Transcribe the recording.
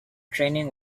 training